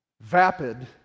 vapid